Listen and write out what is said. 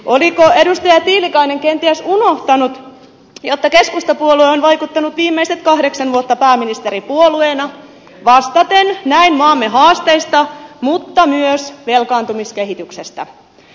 oliko edustaja tiilikainen kenties unohtanut että keskustapuolue on vaikuttanut viimeiset kahdeksan vuotta pääministeripuolueena vastaten näin maamme haasteista mutta myös velkaantumiskehityksestä